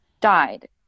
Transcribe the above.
died